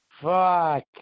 fuck